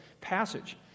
passage